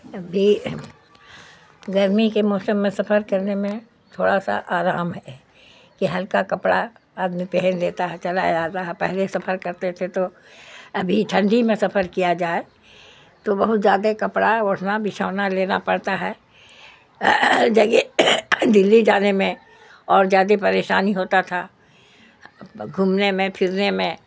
ابھی گرمی کے موسم میں سفر کرنے میں تھوڑا سا آرام ہے کہ ہلکا کپڑا آدمی پہن لیتا ہے چلا جاتا ہے پہلے سفر کرتے تھے تو ابھی ٹھنڈی میں سفر کیا جائے تو بہت زیادہ کپڑا اوڑھنا بچھونا لینا پڑتا ہے جگہ دلّی جانے میں اور زیادہ پریشانی ہوتا تھا گھومنے میں پھرنے میں